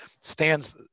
stands